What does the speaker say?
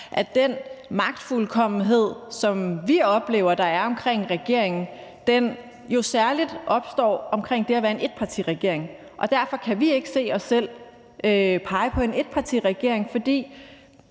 at den magtfuldkommenhed, som vi oplever der er omkring regeringen, jo særlig opstår omkring det at være en etpartiregering, og derfor kan vi ikke kan se os selv pege på en etpartiregering. For